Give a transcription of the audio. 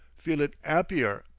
feelin' appier,